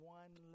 one